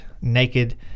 naked